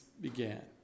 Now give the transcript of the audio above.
began